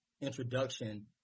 introduction